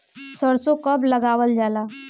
सरसो कब लगावल जाला?